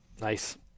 Nice